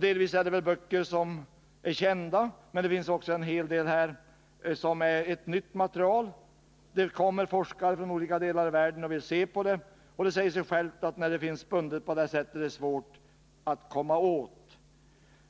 Delvis är det kända böcker, men det finns också en hel del som får anses vara nytt material. Det kommer forskare från olika delar av världen som vill se på detta, och det säger sig självt att det är svårt att komma åt det här materialet, när det är bundet på detta sätt.